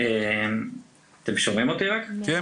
אז תודה